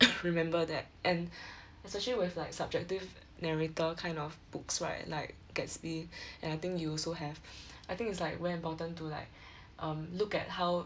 remember that and especially with like subjective narrator kind of books right like Gatsby and I think you also have I think it's very important to like um look at how